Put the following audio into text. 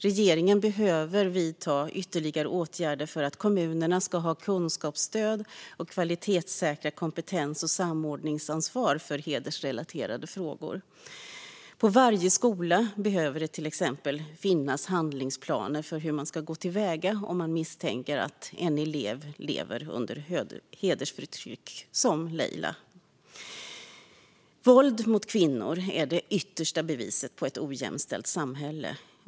Regeringen behöver vidta ytterligare åtgärder för att kommunerna ska ha kunskapsstöd och för att kvalitetssäkra kompetens och samordningsansvar för hedersrelaterade frågor. På varje skola behöver det till exempel finnas handlingsplaner för hur man ska gå till väga om man misstänker att en elev, som Leila, lever under hedersförtryck. Våld mot kvinnor är det yttersta beviset på ett ojämställt samhälle.